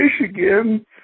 Michigan